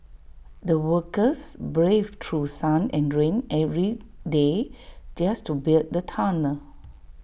the workers braved through sun and rain every day just to build the tunnel